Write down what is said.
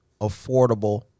affordable